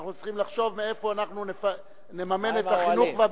אנחנו צריכים לחשוב מאיפה אנחנו נממן את החינוך והביטחון.